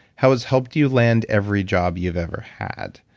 how it's helped you land every job you've ever had.